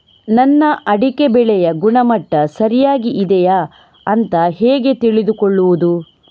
ನನ್ನ ಅಡಿಕೆ ಬೆಳೆಯ ಗುಣಮಟ್ಟ ಸರಿಯಾಗಿ ಇದೆಯಾ ಅಂತ ಹೇಗೆ ತಿಳಿದುಕೊಳ್ಳುವುದು?